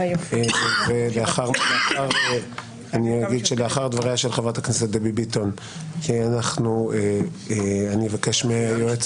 לאחר דבריה של חברת הכנסת דבי ביטון אני אבקש מהיועץ